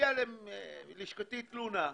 הגיעה ללשכתי תלונה,